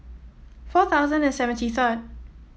four thousand and seventy third